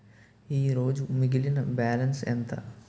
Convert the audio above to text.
ఈరోజు మిగిలిన బ్యాలెన్స్ ఎంత?